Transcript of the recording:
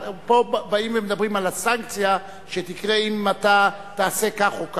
פה באים ומדברים על הסנקציה שתקרה אם אתה תעשה כך או כך.